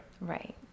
Right